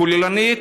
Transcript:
כוללת,